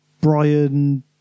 Brian